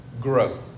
Grow